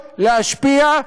להשפיע,